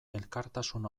elkartasun